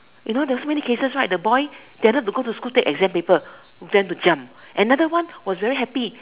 you know there's so many cases right the boy go to school to take exam paper then to jump and another one was very happy